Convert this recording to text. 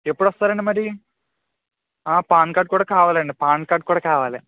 ఎప్పుడు వస్తారండి మరి పాన్ కార్డ్ కూడా కావాలండి పాన్ కార్డ్ కూడా కావాలి